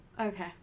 Okay